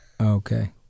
Okay